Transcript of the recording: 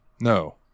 No